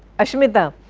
ashmita,